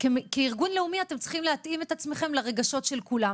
וכארגון לאומי אתם צריכים להתאים את עצמכם לרגשות של כולם,